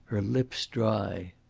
her lips dry.